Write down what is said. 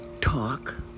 talk